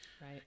Right